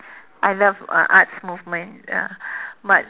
I love uh arts movement ah but